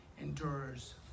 endures